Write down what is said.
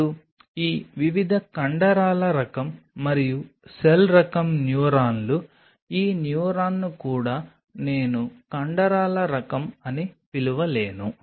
ఇప్పుడు ఈ వివిధ కండరాల రకం మరియు సెల్ రకం న్యూరాన్లు ఈ న్యూరాన్ కూడా నేను కండరాల రకం అని పిలవలేను